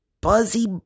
buzzy